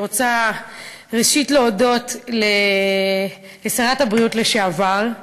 ראשית, אני רוצה להודות לשרת הבריאות לשעבר,